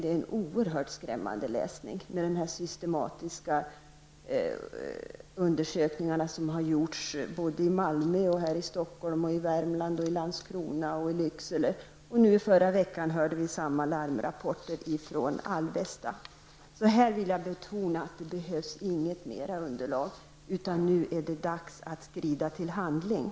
Det är en oerhört skrämmande läsning som bygger på undersökningar som har gjorts i Malmö, Stockholm, Värmland, Landskrona och Lycksele. I förra veckan kom likadana larmrapporter från Alvesta. Jag vill alltså betona att det inte behövs något mer underlag utan att det nu är dags att skrida till handling.